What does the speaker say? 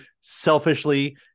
selfishly